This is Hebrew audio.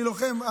אני לוחם.